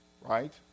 right